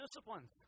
disciplines